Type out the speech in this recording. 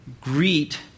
Greet